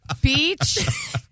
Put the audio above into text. beach